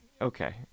Okay